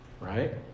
right